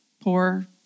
poor